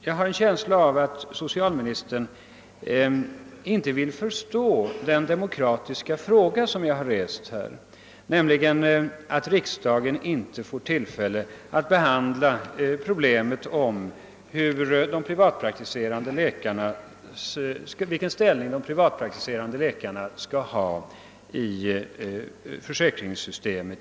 Jag har en känsla av att socialministern inte vill förstå den fråga om demokrati som jag här reste, nämligen den att riksdagen inte får tillfälle att behandla problemet vilken ställning de privatpraktiserande läkarna skall ha i framtidens försäkringssystem.